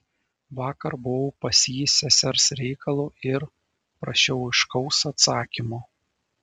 vakar buvau pas jį sesers reikalu ir prašiau aiškaus atsakymo